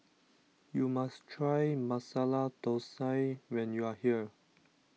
you must try Masala Thosai when you are here